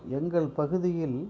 எங்கள் பகுதியில்